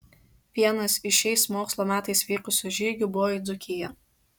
vienas iš šiais mokslo metais vykusių žygių buvo į dzūkiją